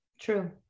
true